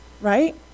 right